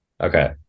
Okay